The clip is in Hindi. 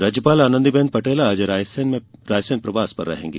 राज्यपाल आनंदी बेन पटेल आज रायसेन प्रवास पर रहेंगी